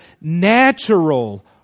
natural